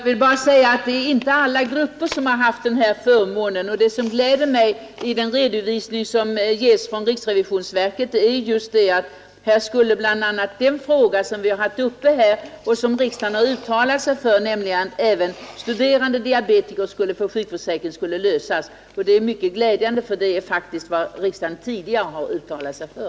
Herr talman! Jag vill bara framhålla att alla grupper inte har haft denna förmån. Det som gläder mig i den redovisning som ges av riksrevisionsverket är att bl.a. ett problem som vi har haft uppe till behandling, nämligen studerande diabetikers rätt till sjukförsäkring, har kunnat lösas. Det är mycket glädjande, eftersom det faktiskt är någonting, som riksdagen tidigare har uttalat sig för.